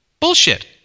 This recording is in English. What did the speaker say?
Bullshit